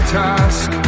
task